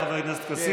חבר הכנסת כסיף.